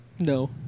No